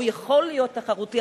הוא יכול להיות תחרותי,